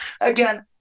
Again